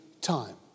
time